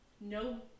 No